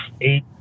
eight